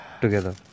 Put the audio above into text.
Together